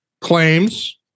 claims